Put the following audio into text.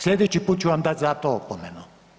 Slijedeći put ću vam dat za to opomenu.